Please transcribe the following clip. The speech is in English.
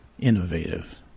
innovative